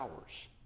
hours